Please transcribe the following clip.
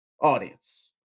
audience